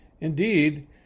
Indeed